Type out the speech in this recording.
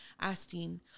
asking